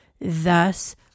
thus